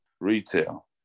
retail